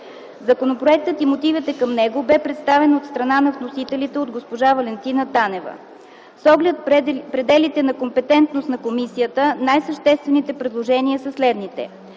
Законопроектът и мотивите към него бе представен от страна на вносителите от госпожа Валентина Танева. С оглед пределите на компетентност на комисията, най-съществените предложения са следните: